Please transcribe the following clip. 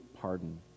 pardon